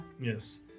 Yes